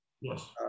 Yes